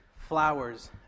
flowers